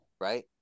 Right